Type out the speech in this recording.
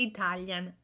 Italian